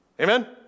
Amen